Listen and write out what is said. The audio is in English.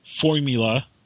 formula